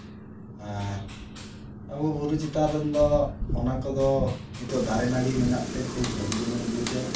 ᱟᱨ ᱟᱵᱚ ᱵᱩᱨᱩ ᱪᱮᱛᱟᱱ ᱨᱮᱱ ᱫᱚ ᱚᱱᱟ ᱠᱚᱫᱚ ᱱᱤᱛᱳᱜ ᱫᱟᱨᱮ ᱱᱟᱹᱲᱤ ᱢᱮᱱᱟᱜᱛᱮ ᱠᱷᱩᱵ ᱵᱷᱟᱹᱜᱤ ᱜᱮᱵᱚᱱ ᱵᱩᱡᱟ